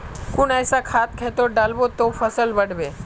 कुन ऐसा खाद खेतोत डालबो ते फसल बढ़बे?